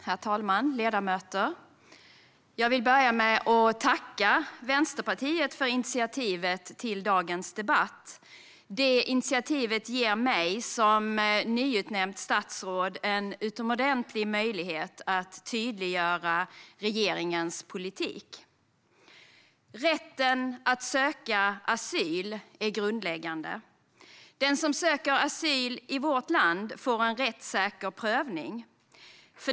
Herr talman och ledamöter! Jag vill börja med att tacka Vänsterpartiet för initiativet till dagens debatt. Detta initiativ ger mig, som nyutnämnt statsråd, en utomordentlig möjlighet att tydliggöra regeringens politik. Rätten att söka asyl är grundläggande. Den som söker asyl i vårt land får en rättssäker prövning.